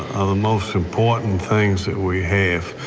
most important things that we have.